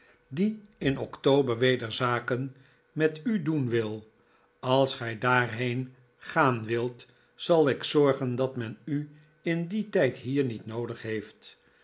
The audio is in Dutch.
die in october weder zaken met u doen wil als gij daarheen gaan wilt zal ik zorgen dat men u in dien tijd hier niet noodig heeft